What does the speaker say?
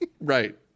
Right